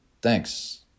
thanks